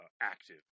active